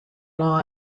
law